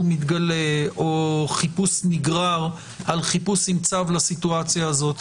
מתגלה או חיפוש נגרר על חיפוש עם צו לסיטואציה הזאת.